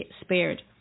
spared